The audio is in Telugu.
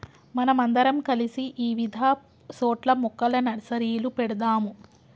మనం అందరం కలిసి ఇవిధ సోట్ల మొక్కల నర్సరీలు పెడదాము